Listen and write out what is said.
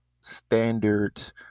standard